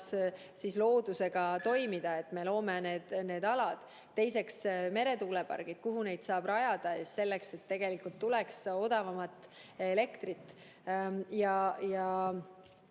loodusega toimida, kui me loome need alad. Teiseks, meretuulepargid, kuhu neid saab rajada, et tegelikult tuleks odavamat elektrit.